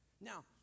now